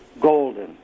golden